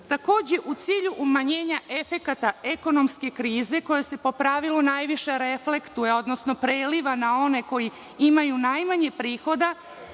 prakse. Takođe, u cilju umanjenja efekata ekonomske krize koja se po pravilu najviše reflektuje, odnosno preliva na one koji imaju najmanje prihoda,